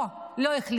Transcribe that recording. לא, לא החליטה.